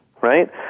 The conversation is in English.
Right